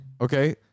Okay